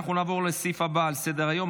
נעבור לסעיף הבא על סדר-היום,